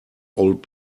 old